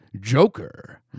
Joker